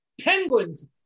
Penguins